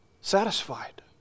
satisfied